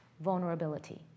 vulnerability